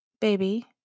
Baby